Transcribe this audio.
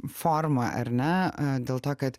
forma ar ne dėl to kad